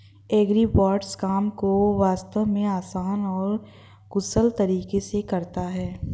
agribots काम को वास्तव में आसान और कुशल तरीके से करता है